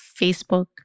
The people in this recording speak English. Facebook